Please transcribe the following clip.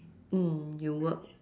mm you work